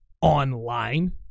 online